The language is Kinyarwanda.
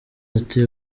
ati